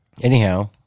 Anyhow